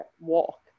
walk